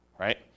right